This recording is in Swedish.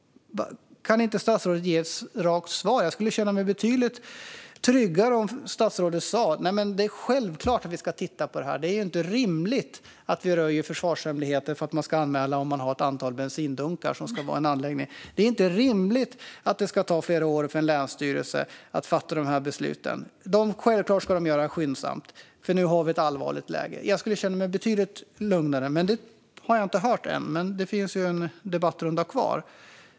Kan inte statsrådet ge ett rakt svar? Jag skulle känna mig betydligt tryggare om statsrådet sa: Det är självklart att vi ska tita på detta. Det är inte rimligt att vi röjer försvarshemligheter för att man ska anmäla att man har ett antal bensindunkar som ska vara i en anläggning. Det är inte rimligt att det ska ta flera år för en länsstyrelse att fatta de här besluten. Självklart ska de göra det skyndsamt, för nu har vi ett allvarligt läge. Jag skulle känna mig betydligt lugnare om hon sa det, men det har jag inte hört än. Men det finns en debattrunda kvar.